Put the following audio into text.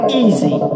easy